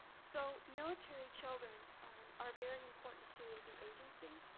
so military children are very important to the agency.